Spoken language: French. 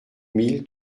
mille